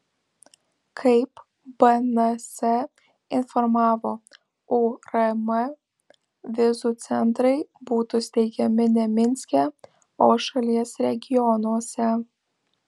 kaip bns informavo urm vizų centrai būtų steigiami ne minske o šalies regionuose